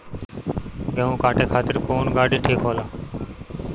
गेहूं काटे खातिर कौन गाड़ी ठीक होला?